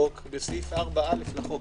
בסעיף 4 בחוק,